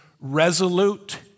resolute